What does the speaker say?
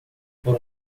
por